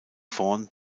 vorn